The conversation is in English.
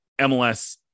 MLS